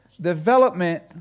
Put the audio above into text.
development